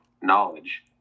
knowledge